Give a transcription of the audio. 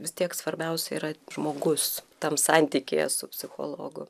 vis tiek svarbiausia yra žmogus tam santykyje su psichologu